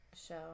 show